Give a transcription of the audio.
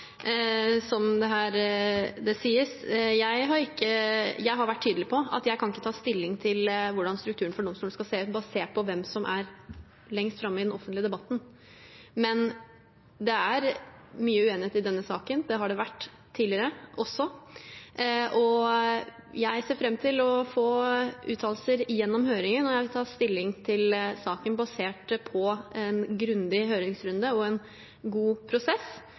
ikke kan ta stilling til hvordan strukturen for domstolene skal se ut basert på hvem som er lengst framme i den offentlige debatten. Men det er mye uenighet i denne saken, og det har det også vært tidligere. Jeg ser fram til å få uttalelser gjennom høringen, og jeg vil ta stilling til saken basert på en grundig høringsrunde og en god prosess.